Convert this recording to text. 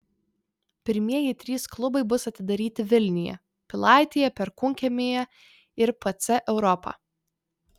pirmieji trys klubai bus atidaryti vilniuje pilaitėje perkūnkiemyje ir pc europa